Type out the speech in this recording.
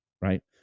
right